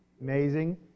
amazing